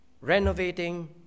renovating